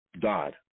God